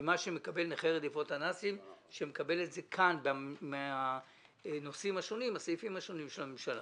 מאשר מקבל נכה רדיפות הנאצים שמקבל את זה מהסעיפים השונים של הממשלה.